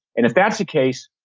and if that's the case,